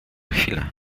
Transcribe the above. chwilę